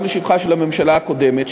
וגם לשבחה של הממשלה הקודמת,